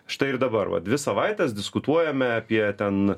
štai ir dabar va dvi savaites diskutuojame apie ten